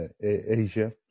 Asia